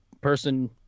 person